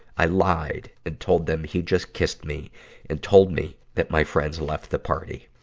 i lied and told them he just kissed me and told me that my friends left the party.